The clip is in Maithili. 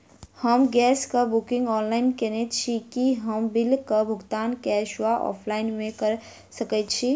हम गैस कऽ बुकिंग ऑनलाइन केने छी, की हम बिल कऽ भुगतान कैश वा ऑफलाइन मे कऽ सकय छी?